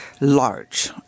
large